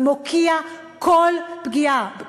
ומוקיע כל פגיעה,